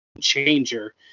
changer